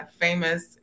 famous